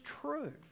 true